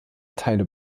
teile